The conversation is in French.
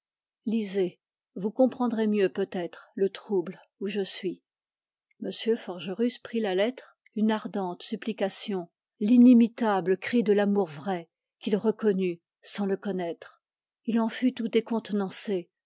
lisez vous comprendrez mieux peut-être le trouble où je suis forgerus prit la lettre une ardente supplication l'inimitable cri de l'amour vrai qu'il reconnut sans le connaître il en fut tout décontenancé